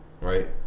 right